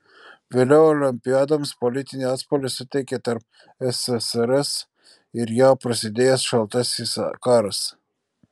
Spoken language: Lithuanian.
vėliau olimpiadoms politinį atspalvį suteikė tarp ssrs ir jav prasidėjęs šaltasis karas